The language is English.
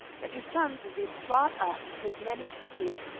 that your sons will be brought up to as many pursuits,